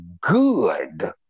good